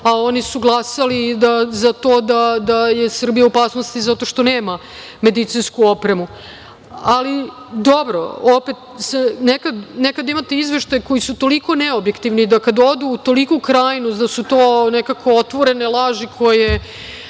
a oni su glasali za to da je Srbija u opasnosti zato što nema medicinsku opremu. Ali, dobro. Nekad imate Izveštaje koji su toliko neobjektivni, da kada odu u toliku krajnost da su to nekako otvorene laži koje